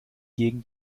gegen